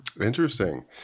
Interesting